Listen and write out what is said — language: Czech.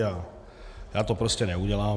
A já to prostě neudělám.